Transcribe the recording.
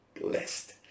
blessed